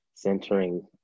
centering